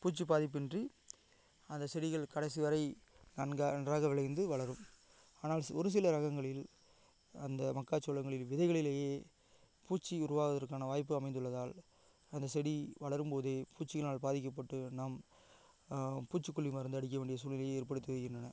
பூச்சி பாதிப்பின்றி அந்த செடிகள் கடைசி வரை நங்க நன்றாக விளைந்து வளரும் ஆனால் ஒரு சில ரகங்களில் அந்த மக்காச்சோளங்களில் விதைகளிலேயே பூச்சி உருவாவதற்கான வாய்ப்பு அமைந்துள்ளதால் அந்த செடி வளரும்போதே பூச்சியினால் பாதிக்கப்பட்டு நாம் பூச்சிக்கொல்லி மருந்து அடிக்க வேண்டிய சூழ்நிலையை ஏற்படுத்துகின்றன